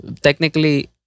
technically